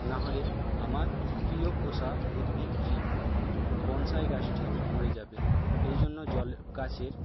না হলে আমার প্রিয় পোষা উদ্ভিদটি বনসাঁই গাছটি মরে যাবে এই জন্য জল গাছের